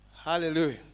Hallelujah